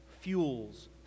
fuels